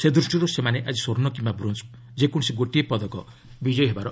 ସେ ଦୃଷ୍ଟିରୁ ସେମାନେ ଆଜି ସ୍ୱର୍ଣ୍ଣ କିମ୍ବା ବ୍ରୋଞ୍ ଯେକୌଣସି ଗୋଟିଏ ବିଜୟୀ ହେବେ